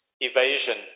evasion